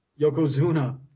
yokozuna